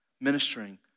ministering